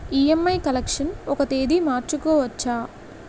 EMI collection ఒక తేదీ మార్చుకోవచ్చా?